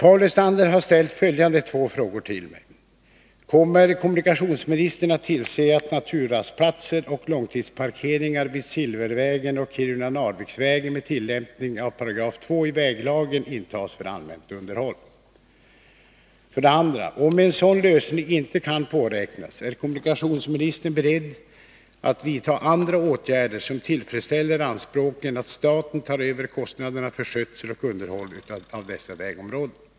Herr talman! Paul Lestander har ställt följande två frågor till mig: 2. Om en sådan lösning inte kan påräknas, är kommunikationsministern beredd att vidta andra åtgärder som tillfredsställer anspråken att staten tar över kostnaderna för skötsel och underhåll av dessa vägområden?